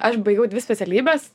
aš baigiau dvi specialybes